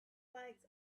flags